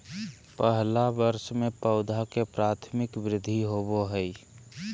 पहला वर्ष में पौधा के प्राथमिक वृद्धि होबो हइ